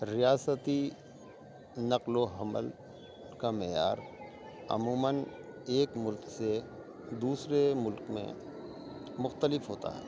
ریاستی نقل و حمل کا معیار عموماً ایک ملک سے دوسرے ملک میں مختلف ہوتا ہے